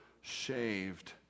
shaved